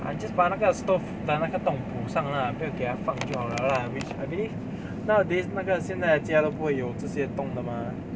uh just 把那个 stove 的那个洞补上 lah 不要给它放就好 liao 啦 which I believe nowadays 那个现在的家都不会有这些洞的吗